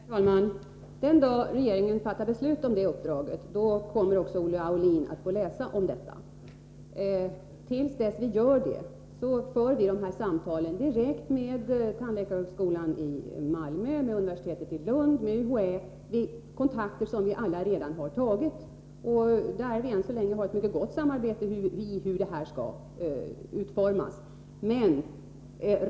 Herr talman! Den dag regeringen fattar beslut om detta uppdrag, kommer också Olle Aulin att få ta del av det. Till dess för vi samtal direkt med tandläkarhögskolan i Malmö, med universitetet i Lund och med UHÄ. Det är kontakter som vi redan har tagit. Vi har än så länge ett mycket gott samarbete när det gäller hur framtiden skall utformas.